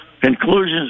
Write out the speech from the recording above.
conclusions